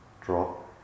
drop